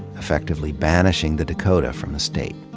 effectively banishing the dakota from the state.